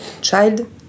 child